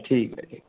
ठीक आहे ठीक